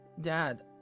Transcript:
dad